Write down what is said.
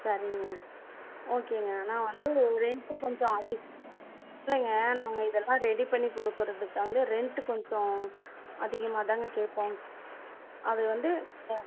சரிங்க ஓகேங்க நான் வந்து ஒரு ரெண்ட்டு கொஞ்ச அதிக் இல்லைங்க நாங்கள் இதெல்லாம் ரெடி பண்ணி கொடுக்குறதுக்கான்டு ரெண்ட்டு கொஞ்சம் அதிகமாக தாங்க கேட்போம் அது வந்து எ